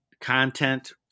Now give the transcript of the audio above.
content